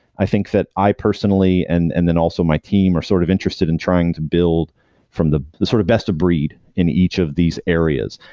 i think that i personally and and then also my team are sort of interested in trying to build from the the sort of best-of-breed in each of these areas.